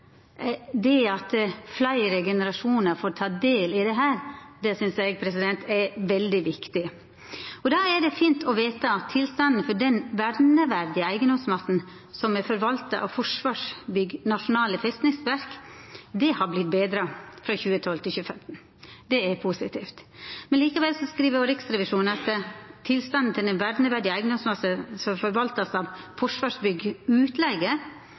det at fleire generasjonar kan få ta del i dette, synest eg er veldig viktig. Då er det fint å veta at tilstanden for den verneverdige eigedomsmassen, som er forvalta av Forsvarsbyggs nasjonale festningsverk, har vorte betra frå 2012 til 2015. Det er positivt. Men likevel skriv Riksrevisjonen at «tilstanden til den verneverdige eiendomsmassen som forvaltes av Forsvarsbygg